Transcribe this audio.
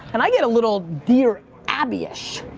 and i get a little dear abby-ish.